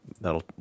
that'll